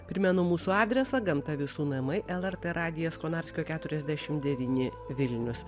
primenu mūsų adresą gamta visų namai lrt radijas konarskio keturiasdešimt devyni vilnius